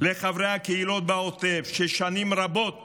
לחברי הקהילות בעוטף, ששנים רבות